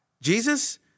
Jesus